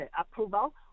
approval